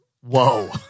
Whoa